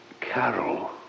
Carol